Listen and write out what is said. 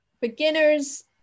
beginner's